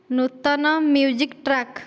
ନୂତନ music track